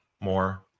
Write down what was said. more